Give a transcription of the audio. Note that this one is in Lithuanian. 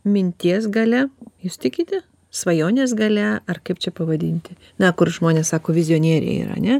minties galia jūs tikite svajonės galia ar kaip čia pavadinti na kur žmonės sako vizionieriškai yra ane